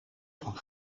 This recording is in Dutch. van